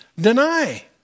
deny